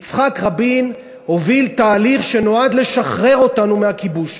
יצחק רבין הוביל תהליך שנועד לשחרר אותנו מהכיבוש,